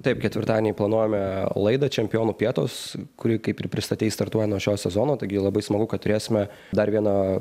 taip ketvirtadienį planuojame laidą čempionų pietūs kurį kaip ir pristatei startuoja nuo šio sezono taigi labai smagu kad turėsime dar vieną